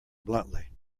bluntly